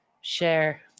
share